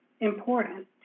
important